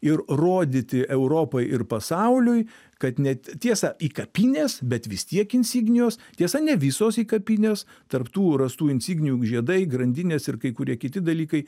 ir rodyti europai ir pasauliui kad net tiesa įkapinės bet vis tiek insignijos tiesa ne visos įkapinės tarp tų rąstų insignijų žiedai grandinės ir kai kurie kiti dalykai